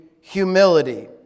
humility